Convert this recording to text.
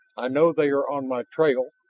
i know they are on my trail,